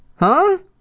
huh!